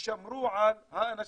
ששמרו על האנשים.